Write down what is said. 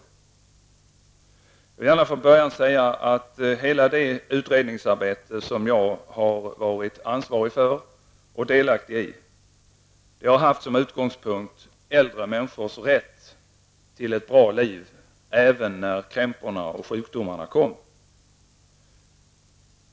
Jag vill gärna från början säga att hela det utredningsarbete som jag har varit ansvarig för och delaktig i har haft som utgångspunkt äldre människors rätt till ett bra liv även när krämporna och sjukdomarna kommer.